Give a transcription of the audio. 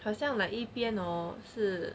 好像 like 一边 hor 是